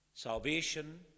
Salvation